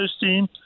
team